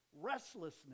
Restlessness